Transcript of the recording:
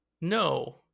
No